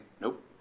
nope